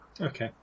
Okay